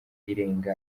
irenga